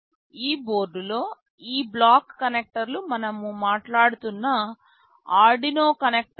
ఈ బోర్డులో ఈ బ్లాక్ కనెక్టర్లు మనము మాట్లాడుతున్న ఆర్డునో కనెక్టర్లు